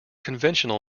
conventional